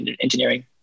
engineering